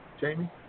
Jamie